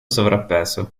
sovrappeso